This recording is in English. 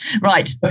right